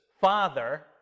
father